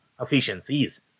efficiencies